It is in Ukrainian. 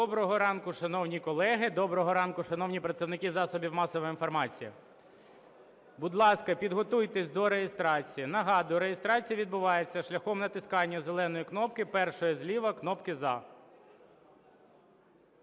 Доброго ранку, шановні колеги! Доброго ранку, шановні представники засобів масової інформації! Будь ласка, підготуйтесь до реєстрації. Нагадую, реєстрація відбувається шляхом натискання зеленої кнопки, першої зліва кнопки "За".